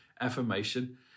affirmation